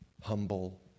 humble